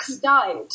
died